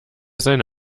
seine